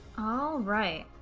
all right,